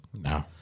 No